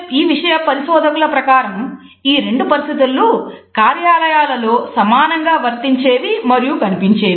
ఈ విషయ పరిశోధకుల ప్రకారం ఈ రెండు పరిస్థితులు కార్యాలయాలలో సమానంగా వర్తించేవి మరియు కనిపించేవి